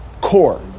core